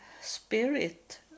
spirit